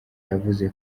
yavuze